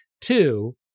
Two